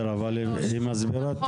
נכון.